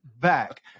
back